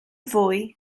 fwy